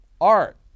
art